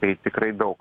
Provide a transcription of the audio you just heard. tai tikrai daug